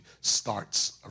starts